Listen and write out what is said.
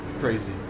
Crazy